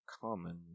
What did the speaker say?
common